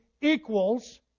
equals